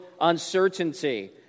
uncertainty